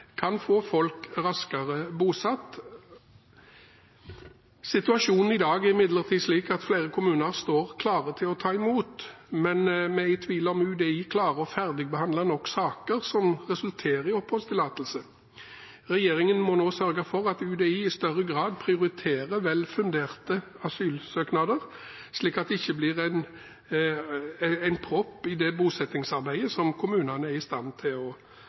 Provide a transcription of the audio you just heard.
kan få folk raskere bosatt. Situasjonen i dag er imidlertid slik at flere kommuner står klare til å ta imot, men vi er i tvil om UDI klarer å ferdigbehandle nok saker som resulterer i oppholdstillatelse. Regjeringen må nå sørge for at UDI i større grad prioriterer vel funderte asylsøknader, slik at de ikke blir en propp i det bosettingsarbeidet som kommunene er i stand til å